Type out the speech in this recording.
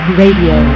radio